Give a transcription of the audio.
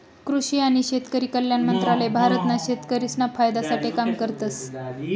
कृषि आणि शेतकरी कल्याण मंत्रालय भारत ना शेतकरिसना फायदा साठे काम करतस